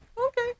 Okay